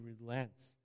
relents